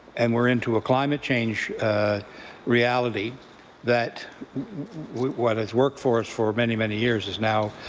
and we're into a climate change reality that what has worked for us for many, many years is now,